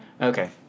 Okay